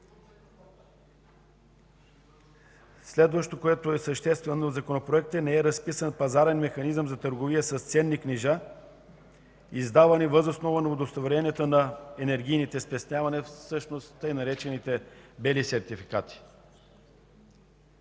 Следващото, което е съществено в Законопроекта, е, че не е разписан пазарен механизъм за търговия с ценни книжа, издавани въз основа на удостоверенията на енергийните спестявания, всъщност така наречените „бели сертификати”.